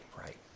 Right